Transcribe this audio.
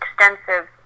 extensive